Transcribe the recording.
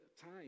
time